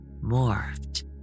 morphed